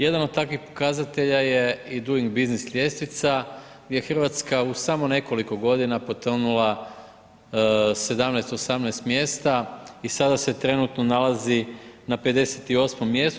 Jedan od takvih pokazatelj je i Duing biznis ljestvica, gdje je Hrvatska u samo nekoliko godina potonula 17, 18 mjesta i sada se trenutno nalazi na 58 mjestu.